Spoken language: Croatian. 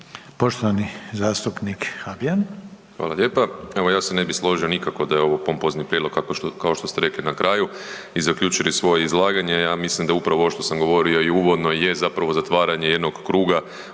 poštovani zastupnik g.